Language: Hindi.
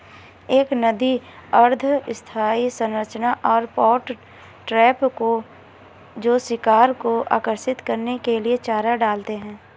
एक नदी अर्ध स्थायी संरचना और पॉट ट्रैप जो शिकार को आकर्षित करने के लिए चारा डालते हैं